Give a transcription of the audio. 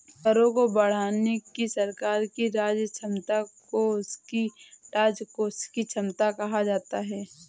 करों को बढ़ाने की सरकार की क्षमता को उसकी राजकोषीय क्षमता कहा जाता है